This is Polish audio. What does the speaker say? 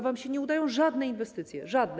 Wam się nie udają żadne inwestycje, żadne.